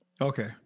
Okay